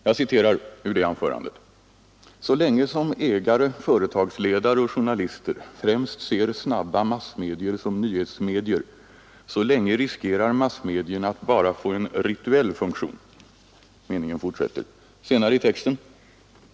Han sade i sitt anförande: ”Så länge som ägare, företagsledare och journalister främst ser snabba massmedier som nyhetsmedier, så länge riskerar massmedierna att bara få en rituell funktion ———.